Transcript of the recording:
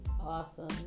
awesome